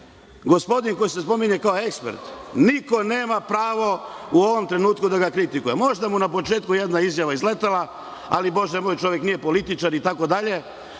koji se spominje kao ekspert, niko nema pravo u ovom trenutku da ga kritikuje. Možda mu je na početku jedna izjava izletela, ali bože moj, čovek nije političar itd. Dajte